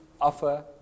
offer